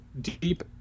deep